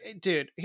dude